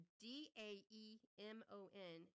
d-a-e-m-o-n